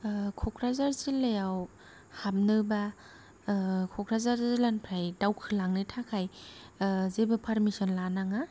क'क्राझार जिल्लायाव हाबनोबा क'क्राझार जिल्लानिफ्राय दावखोलांनो थाखाय जेबो फारमिसन लानाङा